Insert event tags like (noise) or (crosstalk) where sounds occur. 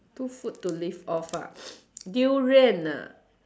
two food to live off ah (noise) durian ah